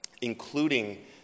including